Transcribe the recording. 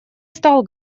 стал